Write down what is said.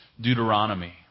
Deuteronomy